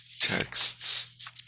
texts